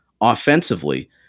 offensively